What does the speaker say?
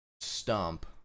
stump